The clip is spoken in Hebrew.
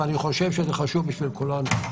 ואני חושב שזה חשוב בשביל כולנו,